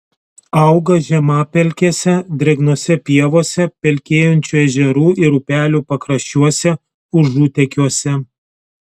auga žemapelkėse drėgnose pievose pelkėjančių ežerų ir upelių pakraščiuose užutekiuose